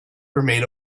remain